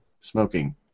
smoking